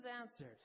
answered